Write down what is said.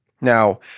Now